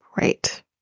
Right